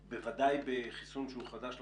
בוודאי בחיסון שהוא חדש לחלוטין,